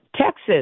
Texas